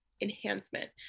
enhancement